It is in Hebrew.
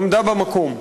עמדה במקום.